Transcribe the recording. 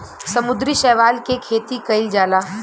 समुद्री शैवाल के खेती कईल जाला